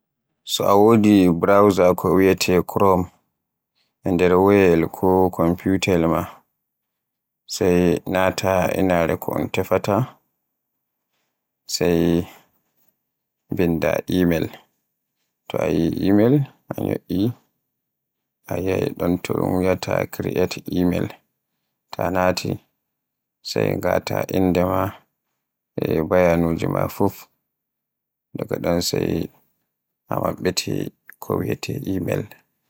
So a wodi burawza ko wiyeete Crome e woyayel maaɗa ko kompiyutaayel maaɗa, sai naata inaare ko un tefaata. Sey binda Imel, so a yi Imel a ñyo'i, a ñyo'i ɗon to un wiyaata create Imel, ta naati, sey ngàta innde maaɗa, e bayaanuji maa fuf daga ɗon sey a maɓɓiti ko wiyeete Imel.